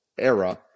Era